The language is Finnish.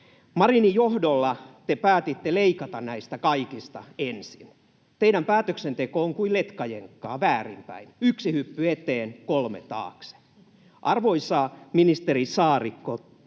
Marinin johdolla te päätitte leikata näistä kaikista ensin. Teidän päätöksentekonne on kuin letkajenkkaa väärinpäin: yksi hyppy eteen, kolme taakse. Arvoisa ministeri Saarikko,